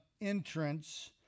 entrance